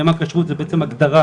נאמן כשרות זה הגדרה